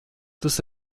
tas